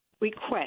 request